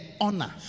honor